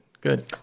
good